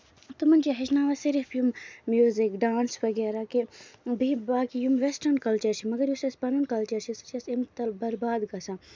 تِمن چھِ ہٮ۪چھناوان صرف یِم موٗزِک ڈانٔس وغیرہ کہِ بیٚیہِ باقی یِم ویسٹٲرٕن کَلچر چھِ مَگر یُس اَسہِ پَنُن کَلچر چھُ سُہ چھُ اَسہِ امہِ تل برباد گژھان